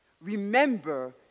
remember